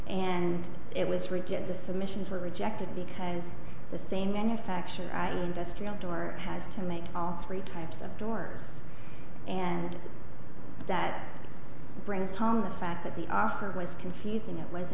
and it was rigid the submissions were rejected because the same manufacturer i industrial door had to make all three types of doors and that brings home the fact that the offer was confusing it was